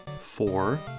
four